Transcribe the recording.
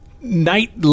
night